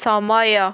ସମୟ